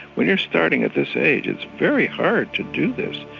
when you're starting at this age, it's very hard to do this.